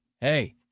hey